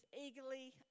eagerly